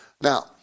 Now